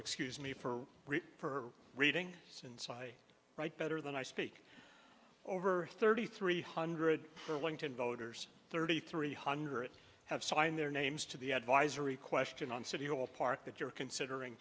excuse me for reading since i write better than i speak over thirty three hundred for winton voters thirty three hundred have signed their names to the advisory question on city hall park that you're considering